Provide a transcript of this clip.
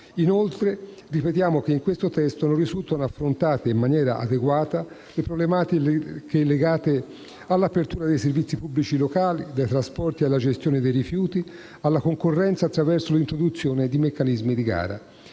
Inoltre, ripetiamo che in questo testo non risultano affrontate in maniera adeguata le problematiche legate all'apertura dei servizi pubblici locali, dai trasporti alla gestione dei rifiuti, alla concorrenza attraverso l'introduzione di meccanismi di gara.